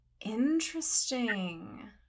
Interesting